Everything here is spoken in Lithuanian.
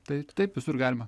taip taip visur galima